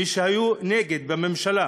של מי שהיו נגד בממשלה: